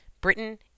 Britain